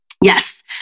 Yes